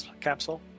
capsule